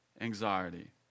anxiety